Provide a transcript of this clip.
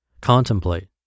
contemplate